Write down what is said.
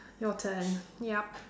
your turn yup